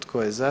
Tko je za?